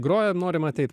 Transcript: grojam norim ateit